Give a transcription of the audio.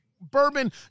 bourbon